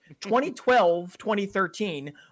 2012-2013